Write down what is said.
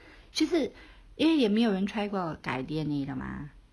就是因为也没有人 try 过改 D_N_A 的吗